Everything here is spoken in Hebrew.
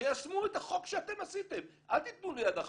תיישמו את החוק שאתם עשיתם, אל תתנו לי הנחה.